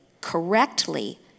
correctly